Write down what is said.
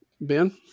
Ben